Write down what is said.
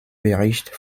bericht